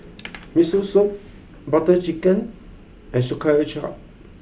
Miso Soup Butter Chicken and Sauerkraut